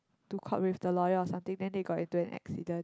to court with the lawyer or something then they got into an accident